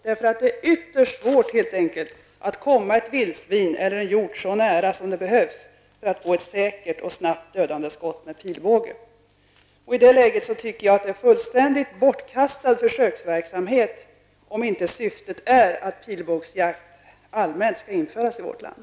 Det är ytterst svårt att komma ett vildsvin eller en hjort så nära som det behövs för att få ett säkert och snabbt dödande skott med pilbåge. I det läget tycker jag att det är fullständigt bortkastat med en försöksverksamhet om inte syftet är att pilbågsjakt allmänt skall införas i vårt land.